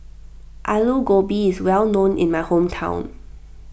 Alu Gobi is well known in my hometown